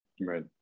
Right